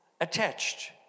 attached